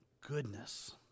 goodness